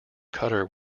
cutter